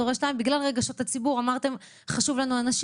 "הורה 2". אמרתם שהאנשים חשובים לכם,